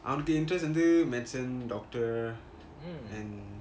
அவனுக்கு:avanuku interest medicine doctor and